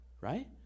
right